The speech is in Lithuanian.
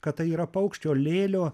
kad tai yra paukščio lėlio